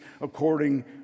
according